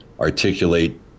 articulate